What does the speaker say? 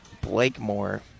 Blakemore